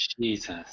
Jesus